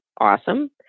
awesome